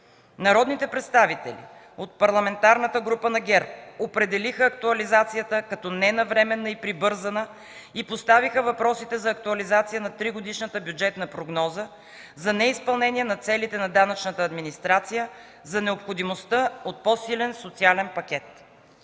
Народните представители от парламентарната група на ГЕРБ определиха актуализацията като ненавременна и прибързана и поставиха въпросите за актуализация на тригодишната бюджетна прогноза, за неизпълнение на целите на данъчната администрация, за необходимостта от по-силен социален пакет.